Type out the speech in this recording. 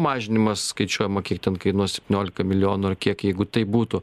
mažinimas skaičiuojama kiek kainuos septyniolika milijonų ar kiek jeigu taip būtų